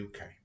uk